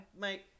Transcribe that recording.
Mate